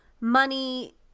money